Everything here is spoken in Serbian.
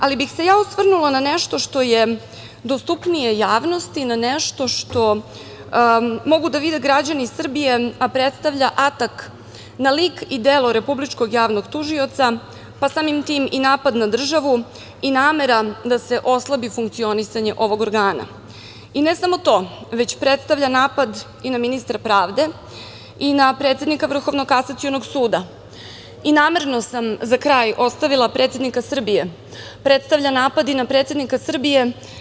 Ali, ja bih se osvrnula na našto što je dostupnije javnosti, na našto što mogu da vide građani Srbije, a predstava atak na lik i delo Republičkog javnog tužioca, pa samim tim i napad na državu i namera da se oslabi funkcionisanje ovog organa, i ne samo to, već predstavlja napad i na ministra pravde i na predsednika Vrhovnog kasacionog suda, predstavlja napad i na predsednika Srbije.